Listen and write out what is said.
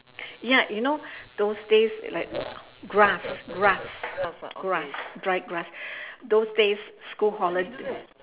ya you know those days like grass grass grass dried grass those days school holiday